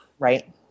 right